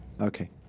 Okay